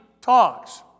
talks